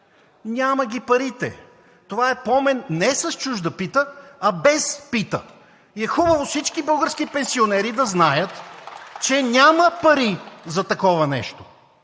няма ги парите. Това е помен не с чужда пита, а без пита и е хубаво всички български пенсионери да знаят, че няма пари за такова нещо.